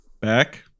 back